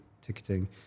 ticketing